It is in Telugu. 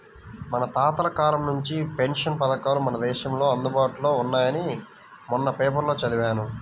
మన తాతల కాలం నుంచే పెన్షన్ పథకాలు మన దేశంలో అందుబాటులో ఉన్నాయని మొన్న పేపర్లో చదివాను